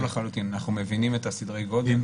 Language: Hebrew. כן, אנחנו מבינים את סדרי הגודל.